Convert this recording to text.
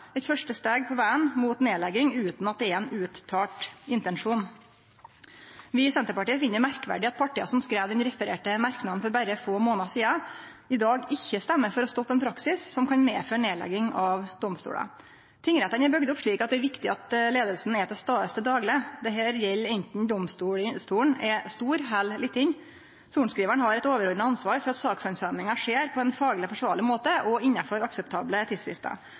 eit første steg på vegen mot nedlegging, utan at det er ein uttalt intensjon. Vi i Senterpartiet finn det merkverdig at partia som skreiv den refererte merknaden for berre få månader sidan, i dag ikkje stemmer for å stoppe ein praksis som kan medføre nedlegging av domstolar. Tingrettane er bygde opp slik at det er viktig at leiinga er til stades til dagleg. Dette gjeld anten domstolen er stor eller liten. Sorenskrivaren har eit overordna ansvar for at sakshandsaminga skjer på ein fagleg forsvarleg måte og innanfor akseptable